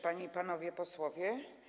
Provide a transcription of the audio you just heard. Panie i Panowie Posłowie!